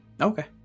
Okay